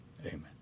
Amen